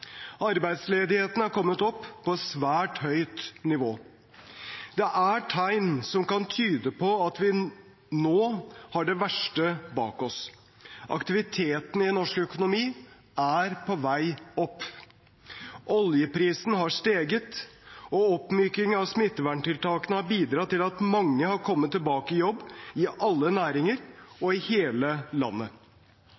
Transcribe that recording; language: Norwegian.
Arbeidsledigheten er kommet opp på et svært høyt nivå. Det er tegn som kan tyde på at vi nå har det verste bak oss. Aktiviteten i norsk økonomi er på vei opp. Oljeprisen har steget, og oppmykingen av smittevernstiltakene har bidratt til at mange har kommet tilbake i jobb, i alle næringer